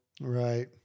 Right